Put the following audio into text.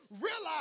Realize